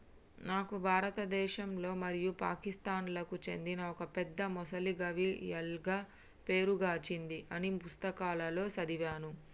నాను భారతదేశంలో మరియు పాకిస్తాన్లకు చెందిన ఒక పెద్ద మొసలి గావియల్గా పేరు గాంచింది అని పుస్తకాలలో సదివాను